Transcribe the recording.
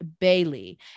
Bailey